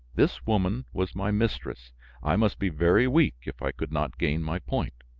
this woman was my mistress i must be very weak if i could not gain my point.